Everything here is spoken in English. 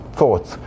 thoughts